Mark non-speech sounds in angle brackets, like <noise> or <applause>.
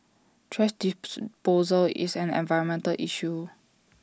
thrash <unintelligible> is an environmental issue